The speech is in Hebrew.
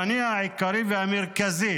המניע העיקרי והמרכזי